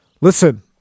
Listen